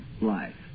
life